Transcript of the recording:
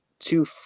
Two